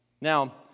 Now